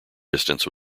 distance